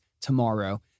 tomorrow